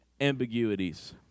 ambiguities